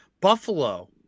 Buffalo